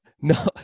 No